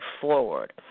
forward